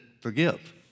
forgive